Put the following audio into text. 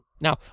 Now